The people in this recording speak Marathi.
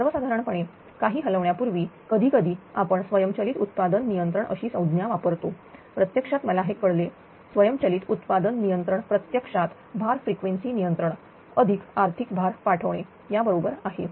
सर्वसाधारण पडे काही हलवण्या पूर्वी कधीकधी आपण स्वयंचलित उत्पादन नियंत्रण अशी संज्ञा वापरतो प्रत्यक्षात मला हे काही कळले स्वयंचलित उत्पादन नियंत्रण प्रत्यक्षात भार फ्रिक्वेन्सी नियंत्रण अधिक आर्थिक भार पाठवणे या बरोबर आहे